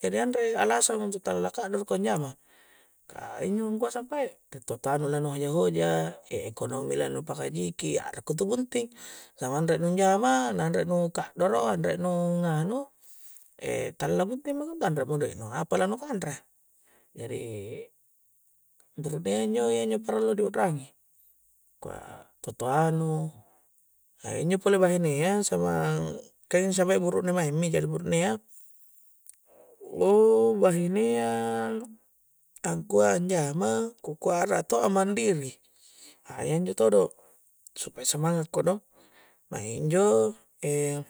Jadi anre' alasan untuk tala na kanre' ko anjama' kah, injo' angkua' sumpa'e, re' to tanu' nu la hoja'-hoja', e' ekonomi la nu pakajiki', a'ra ko intu bunting, samang re' nu anjama' na nandre nu' ka'doro, anre' nu nganu', e' tallang bunting mako' anre do'i nu, apa la nu' kanre, jadi buru'nea injo' injo' perlu di u'rangi' kua' tu' toanu e' injo' pole bahine ya samang, kah injo' samae' buru'ne maengmi jadi buru'ne ya bahine'a tangkua' anjama ku kua' a'ra to'a mandiri a injo' todo supaya semangako do, maeng injo' e'